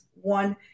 one